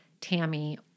Tammy